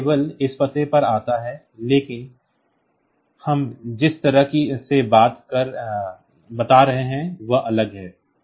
तो यह केवल इस पते पर आता है लेकिन हम जिस तरह से बता रहे हैं वह अलग है